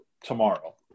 tomorrow